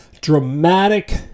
dramatic